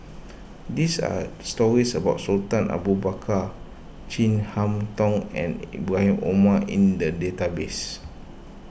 these are stories about Sultan Abu Bakar Chin Harn Tong and Ibrahim Omar in the database